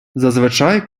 зазвичай